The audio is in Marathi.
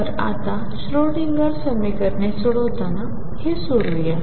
तर आता श्रोडिंगर समीकरणे लिहिताना हे सोडवूया